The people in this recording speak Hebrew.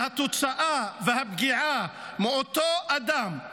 שהתוצאה שלו היא הפגיעה, אותו אדם,